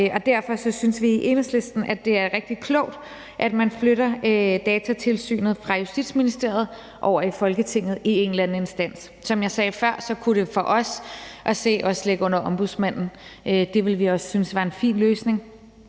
og derfor synes vi i Enhedslisten, at det er rigtig klogt, at man flytter Datatilsynet fra Justitsministeriet over i Folketinget i en eller anden instans. Som jeg sagde før, kunne det for os at se også ligge under Ombudsmanden. Det ville vi også synes var en fin løsning,